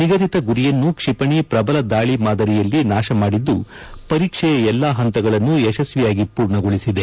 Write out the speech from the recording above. ನಿಗದಿತ ಗುರಿಯನ್ನು ಕ್ವಿಪಣಿ ಪ್ರಬಲ ದಾಳಿ ಮಾದರಿಯಲ್ಲಿ ನಾಶ ಮಾಡಿದ್ದು ಪರೀಕ್ಷೆಯ ಎಲ್ಲಾ ಹಂತಗಳನ್ನು ಯಶಸ್ವಿಯಾಗಿ ಪೂರ್ಣಗೊಳಿಸಿದೆ